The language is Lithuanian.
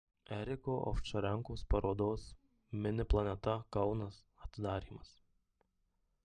eriko ovčarenkos parodos mini planeta kaunas atidarymas